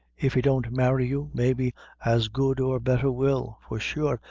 if he won't marry you, maybe as good or better will for sure,